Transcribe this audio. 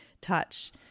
touch